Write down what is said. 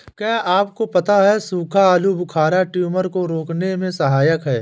क्या आपको पता है सूखा आलूबुखारा ट्यूमर को रोकने में सहायक है?